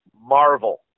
Marvel